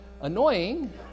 annoying